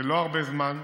זה לא הרבה זמן,